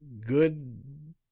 good